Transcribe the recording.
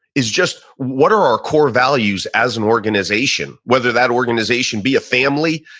is just what are our core values as an organization? whether that organization be a family,